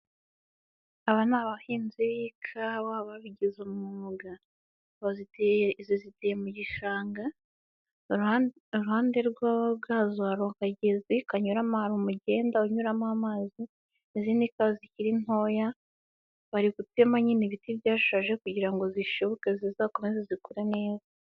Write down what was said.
Aba ni abahinzi b'ikawa babigize umwuga baziteye izo ziteye mu gishanga iruhande rwazo hari akagezi kanyuramo hari umugenda unyuramo amazi izi ni ikawa zikiri ntoya bari gutema nyine ibiti byashaje kugira ngo zishibuke zizakomeze zikure neza.